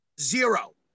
Zero